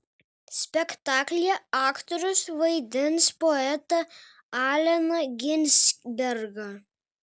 spektaklyje aktorius vaidins poetą alleną ginsbergą